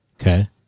Okay